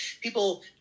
people